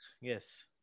Yes